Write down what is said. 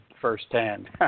firsthand